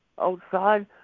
outside